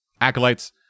Acolytes